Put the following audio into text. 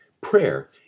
Prayer